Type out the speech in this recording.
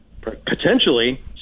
potentially